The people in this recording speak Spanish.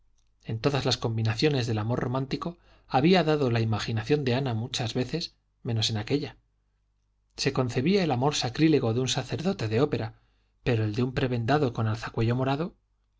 en todas las combinaciones del amor romántico había dado la imaginación de ana muchas veces menos en aquélla se concebía el amor sacrílego de un sacerdote de ópera pero el de un prebendado con alzacuello morado